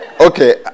Okay